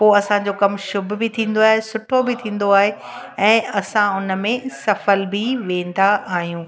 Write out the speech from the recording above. पोइ असांजो कमु शुभ बि थींदो आहे सुठो बि थींदो आहे ऐं असां उन में सफलु बि वेंदा आहियूं